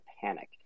panic